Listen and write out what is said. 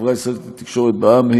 החברה הישראלית לתקשורת בע"מ),